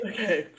Okay